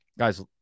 Guys